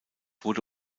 wurde